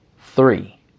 Three